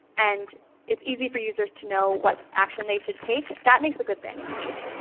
and it's easy for users to know what action they should take. that makes a good landing page.